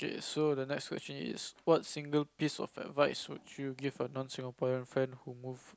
so the next question is what single piece of advice would you give a non Singaporean friend who move